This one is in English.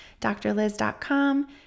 drliz.com